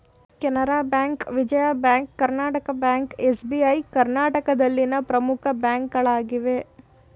Canara Bank, Vijaya Bank, Karnataka Bank, SBI ಕರ್ನಾಟಕದಲ್ಲಿನ ಪ್ರಮುಖ ಬ್ಯಾಂಕ್ಗಳಾಗಿವೆ